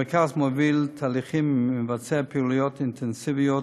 המרכז מוביל תהליכים ומבצע פעילויות אינטנסיביות,